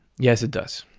yes it does.